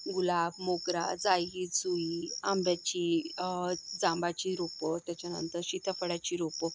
गुलाब मोगरा जाईली जुईली आंब्याची जांबाची रोपं त्याच्यानंतर सीताफळाची रोपं